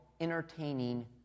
entertaining